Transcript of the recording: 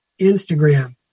Instagram